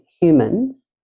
humans